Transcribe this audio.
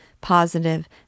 positive